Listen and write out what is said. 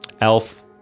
Elf